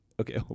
okay